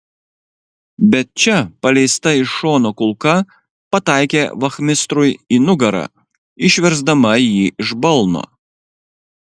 bet čia paleista iš šono kulka pataikė vachmistrui į nugarą išversdama jį iš balno